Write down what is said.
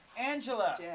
Angela